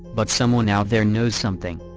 but someone out there knows something.